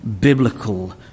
biblical